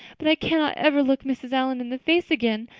but i cannot ever look mrs. allan in the face again.